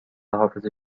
حافظه